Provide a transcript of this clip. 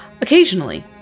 Occasionally